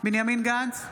בנימין גנץ,